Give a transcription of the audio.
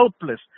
helpless